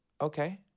Okay